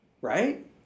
right